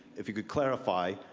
if you could clarify,